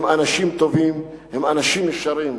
הם אנשים טובים, הם אנשים ישרים.